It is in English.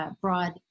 broad